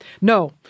No